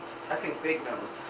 i think big knows,